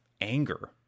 anger